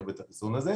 לקבל את החיסון הזה,